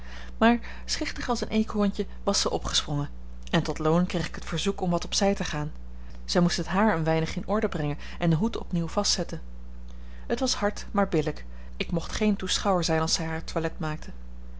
maar schichtig als een eekhoorntje was zij opgesprongen en tot loon kreeg ik het verzoek om wat op zij te gaan zij moest het haar een weinig in orde brengen en den hoed opnieuw vastzetten het was hard maar billijk ik mocht geen toeschouwer zijn als zij haar toilet maakte